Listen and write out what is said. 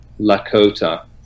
Lakota